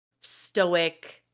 stoic